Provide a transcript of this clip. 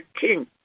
king